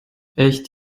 echt